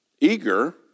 eager